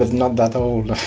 ah not that old!